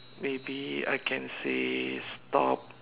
maybe I can say stop